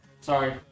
sorry